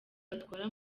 batwara